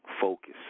focus